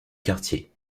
quartier